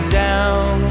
down